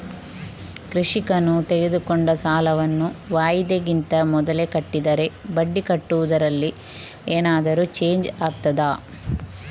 ಕೃಷಿಕನು ತೆಗೆದುಕೊಂಡ ಸಾಲವನ್ನು ವಾಯಿದೆಗಿಂತ ಮೊದಲೇ ಕಟ್ಟಿದರೆ ಬಡ್ಡಿ ಕಟ್ಟುವುದರಲ್ಲಿ ಏನಾದರೂ ಚೇಂಜ್ ಆಗ್ತದಾ?